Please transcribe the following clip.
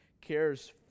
cares